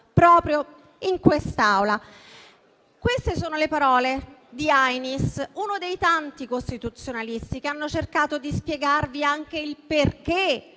proprio in quest'Aula. Queste sono le parole di Ainis, uno dei tanti costituzionalisti che hanno cercato di spiegarvi anche il perché